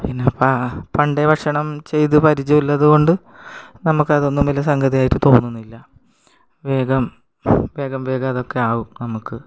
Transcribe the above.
പിന്നെ പ പണ്ടേ ഭക്ഷണം ചെയ്തു പരിചയമുള്ളതു കൊണ്ട് നമുക്കതൊന്നും വലിയ സംഗതി ആയിട്ട് തോന്നുന്നില്ല വേഗം വേഗം വേഗം അതൊക്കെ ആകും നമുക്ക്